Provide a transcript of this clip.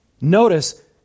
Notice